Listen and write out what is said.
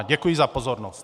Děkuji za pozornost.